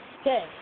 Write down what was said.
Okay